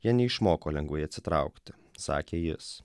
jie neišmoko lengvai atsitraukti sakė jis